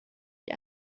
die